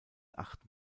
achten